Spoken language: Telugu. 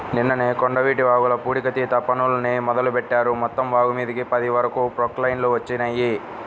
నిన్ననే కొండవీటి వాగుల పూడికతీత పనుల్ని మొదలుబెట్టారు, మొత్తం వాగుమీదకి పది వరకు ప్రొక్లైన్లు వచ్చినియ్యి